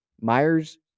Myers